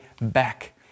back